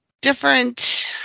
different